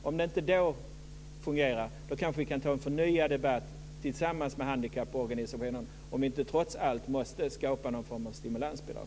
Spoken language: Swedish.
Om det inte fungerar då kanske vi kan ta en förnyad debatt med handikapporganisationerna för att se om vi inte trots allt måste skapa någon form av stimulansbidrag.